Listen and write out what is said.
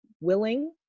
willing